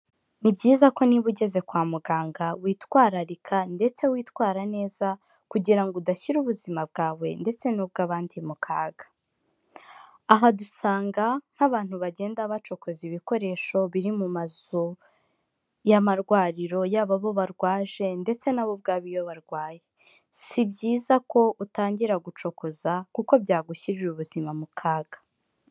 Ni byiza ko niba ugeze kwa muganga witwararika, ndetse witwara neza, kugira ngo udashyira ubuzima bwawe ndetse n'ubw'abandi mu kaga, aha dusanga nk'abantu bagenda bacokoza ibikoresho biri mu mazu y'amarwariro, yabo abo barwaje ndetse nabo ubwabo iyo barwaye, si byiza ko utangira gucokoza kuko byagushyirira ubuzima mu kaga.